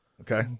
Okay